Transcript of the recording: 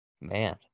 Man